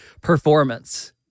performance